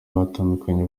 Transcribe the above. batandukanye